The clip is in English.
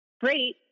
great